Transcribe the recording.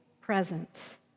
presence